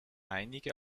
einige